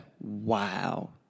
Wow